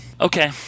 Okay